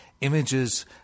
images